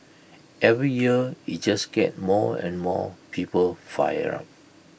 every year IT just gets more and more people fired up